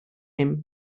him